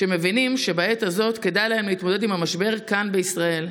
שמבינים שבעת הזאת כדאי להם להתמודד עם המשבר כאן בישראל.